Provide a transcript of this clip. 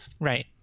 Right